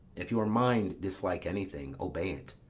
if your mind dislike anything, obey it